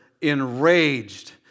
enraged